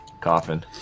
coffin